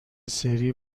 سری